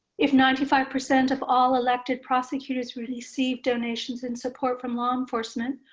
if ninety five percent of all elected prosecutors who received donations and support from law enforcement,